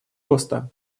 роста